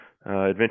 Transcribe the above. adventure